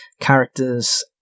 characters